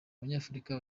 abanyafurika